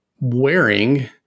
wearing